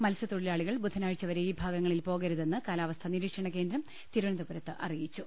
മത്സ്യതൊഴിലാളി കൾ ബുധനാഴ്ചവരെ ഈ ഭാഗങ്ങളിൽ പോകരുതെന്ന് കാലാവസ്ഥാ നിരീക്ഷണകേന്ദ്രം തിരുവനന്തപുരത്ത് അറിയിച്ചു